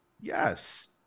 yes